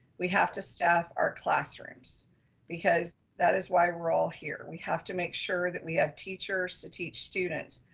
we have to staff our classrooms because that is why we're all here. we have to make sure that we have teachers to teach students.